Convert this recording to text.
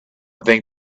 think